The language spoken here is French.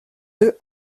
deux